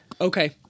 Okay